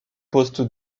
poste